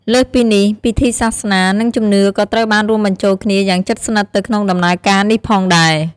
លើសពីនេះ ពិធីសាសនា និងជំនឿក៏ត្រូវបានរួមបញ្ចូលគ្នាយ៉ាងជិតស្និទ្ធទៅក្នុងដំណើរការនេះផងដែរ។